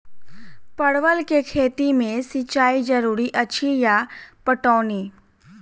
परवल केँ खेती मे सिंचाई जरूरी अछि या पटौनी?